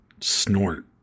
snort